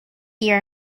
year